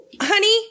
Honey